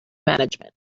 management